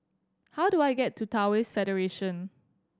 how do I get to Taoist Federation